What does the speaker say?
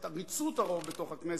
את עריצות הרוב בתוך הכנסת,